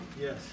yes